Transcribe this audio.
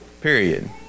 period